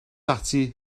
ati